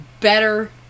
better